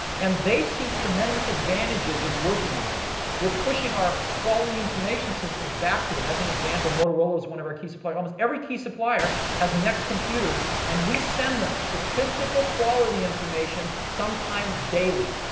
and they see tremendous advantages in working with us. we're pushing our quality information systems back to them. as an example, motorola is one of our key suppliers. almost every key supplier has next computers. and we send them statistical quality information, sometimes daily